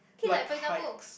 like hikes